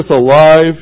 alive